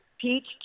peach